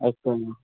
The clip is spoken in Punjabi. ਅੱਛਾ ਜੀ